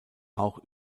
auch